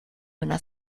una